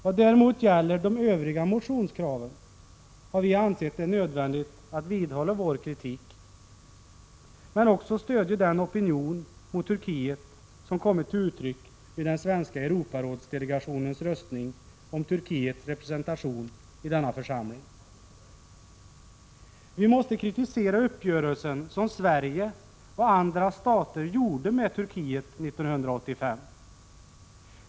Vad däremot gäller övriga motionskrav har vi ansett det vara nödvändigt att vidhålla vår kritik men också att stödja den opinion mot Turkiet som har kommit till uttryck vid den svenska delegationens röstning i Europarådet när det gäller Turkiets representation i den församlingen. Vi måste kritisera den uppgörelse som Sverige och andra stater träffade med Turkiet 1985.